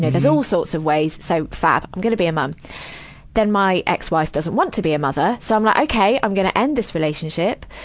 there's all sorts of ways. so, fab i'm gonna be a mum. then my ex-wife doesn't want to be a mother. so i'm like, ok, i'm gonna end this relationship.